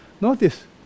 notice